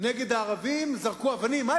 הם זרקו אבנים על הערבים.